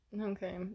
Okay